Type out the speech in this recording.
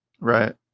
Right